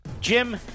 Jim